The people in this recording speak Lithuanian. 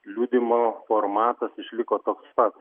liudijimo formatas išliko toks pat